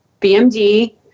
BMD